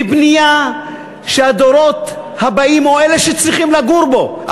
בנייה שהדורות הבאים או אלה שצריכים לגור בה,